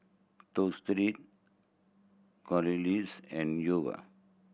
Clorox and